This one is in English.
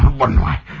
one like